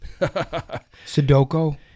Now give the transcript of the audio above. Sudoku